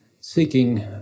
seeking